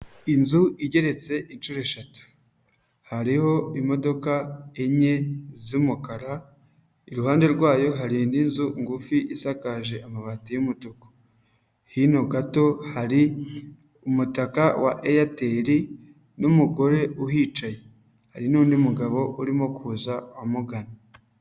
Inzu igeretse inshuro eshatu, hariho imodoka enye z'umukara, iruhande rwayo hari indi nzu ngufi isakaje amabati y'umutuku, hino gato hari umutaka wa Airtel n'umugore uhicaye, hari n'undi mugabo urimo kuza amugana.